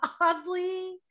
oddly